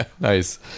Nice